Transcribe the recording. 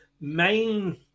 main